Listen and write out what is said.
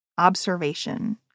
observation